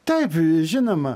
taip žinoma